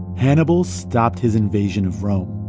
hannibal stopped his invasion of rome.